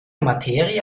materie